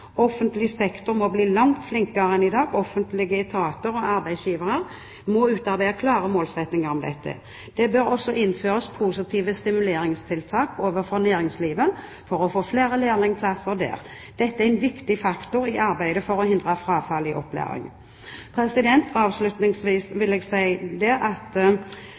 Offentlig sektor må bli langt flinkere enn i dag. Offentlige etater og arbeidsgivere må utarbeide klare målsettinger om dette. Det bør også innføres positive stimuleringstiltak overfor næringslivet for å få flere lærlingplasser der. Dette er en viktig faktor i arbeidet for å hindre frafall i opplæringen. Avslutningsvis vil jeg si om mindretallsmerknaden fra Fremskrittspartiet og Høyre når det